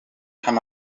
kann